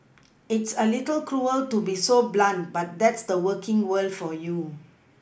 it's a little cruel to be so blunt but that's the working world for you